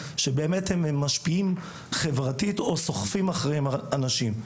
שבאמת הם משפיעים חברתית או סוחפים אחריהם אנשים.